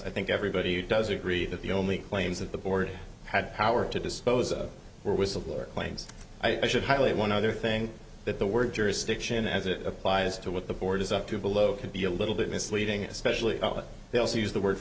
i think everybody does agree that the only claims that the board had power to dispose of were whistleblower claims i should highlight one other thing that the word jurisdiction as it applies to what the board is up to below can be a little bit misleading especially when they also use the word